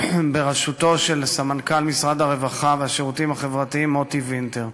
בראשות סמנכ"ל משרד הרווחה והשירותים החברתיים מוטי וינטר,